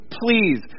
please